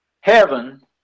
Heaven